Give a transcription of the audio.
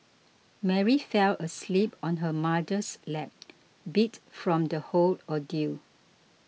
Mary fell asleep on her mother's lap beat from the whole ordeal